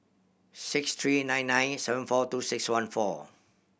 six three nine nine seven four two six one four